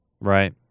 Right